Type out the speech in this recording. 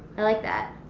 i like that.